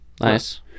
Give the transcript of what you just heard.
Nice